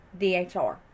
DHR